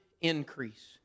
increase